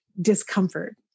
discomfort